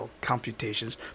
computations